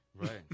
right